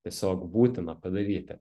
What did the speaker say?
tiesiog būtina padaryti